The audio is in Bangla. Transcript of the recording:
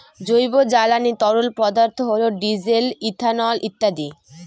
জৈব জ্বালানি তরল পদার্থ হল ডিজেল, ইথানল ইত্যাদি